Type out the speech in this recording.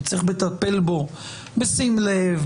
וצריך לטפל בו בשים לב,